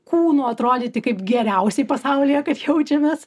kūnu atrodyti kaip geriausiai pasaulyje kad jaučiamės